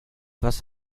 was